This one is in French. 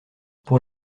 pour